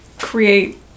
create